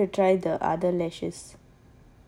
I want to try the other lashes